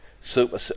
super